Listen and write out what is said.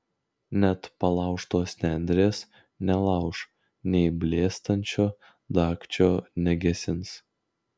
net palaužtos nendrės nelauš nei blėstančio dagčio negesins